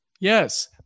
Yes